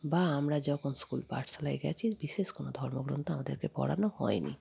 বা আমরা যখন স্কুল পাঠশালায় গিয়েছি বিশেষ কোনো ধর্মগ্রন্থ আমাদেরকে পড়ানো হয়নি